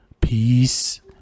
Peace